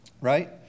Right